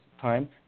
Time